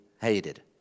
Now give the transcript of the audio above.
hated